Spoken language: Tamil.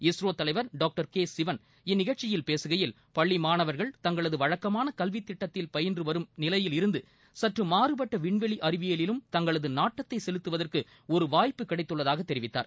இஸ்ரோ தலைவர் டாக்டர் கே சிவன் இந்நிகழ்ச்சியில் பேசுகையில் பள்ளி மாணவர்கள் தங்களது வழக்கமான கல்வித் திட்டத்தில் பயின்று வரும் நிலையில் இருந்து சற்று மாறுபட்ட விண்வெளி அறிவியலிலும் தங்களது நாட்டத்தை செலுத்துவதற்கு ஒரு வாய்ப்பு கிடைத்துள்ளதாகத் தெரிவித்தார்